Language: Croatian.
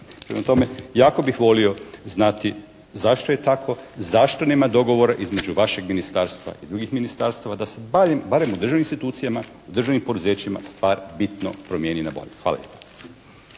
Prema tome, jako bih volio znati zašto je tako, zašto nema dogovora između vašeg ministarstva i drugih ministarstava da se barem u državnim institucijama, državnim poduzećima stvar bitno promijeni na bolje. Hvala